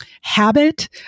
habit